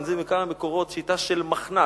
וזה מכמה מקורות, של מחנק.